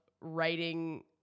writing